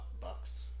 Bucks